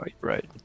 Right